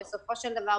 ובסופו של דבר,